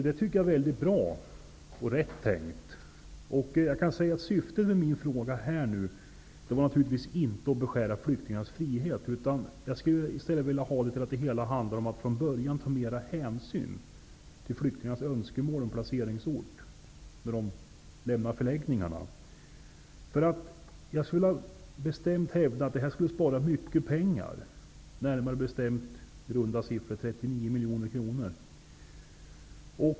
Det tycker jag är mycket bra och rätt tänkt. Syftet med min fråga var naturligtvis inte att beskära flyktingarnas frihet, utan jag anser att det hela handlar om att man redan från början tar mer hänsyn till flyktingarnas önskemål om placeringsort när de lämnar förläggningarna. Jag vill bestämt hävda att detta skulle spara mycket pengar, närmare bestämt i runda siffror 39 miljoner kronor.